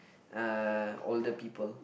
uh older people